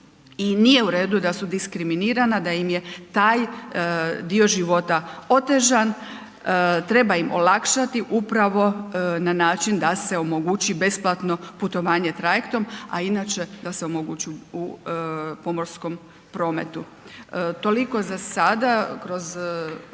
i nije u redu da su diskriminirana, da im je taj dio života otežan. Treba im olakšati upravo na način da se omogući besplatno putovanje trajektom a inače da se omogući u pomorskom prometu. Toliko za sada, kroz